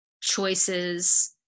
choices